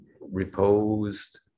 reposed